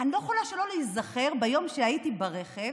אני לא יכולה שלא להיזכר ביום שהייתי ברכב